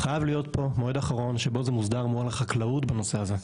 חייב להיות כאן מועד אחרון שבו זה מוסדר מול החקלאות בנושא הזה.